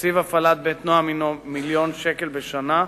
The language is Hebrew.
תקציב הפעלת "בית נועם" הוא מיליון שקל בשנה.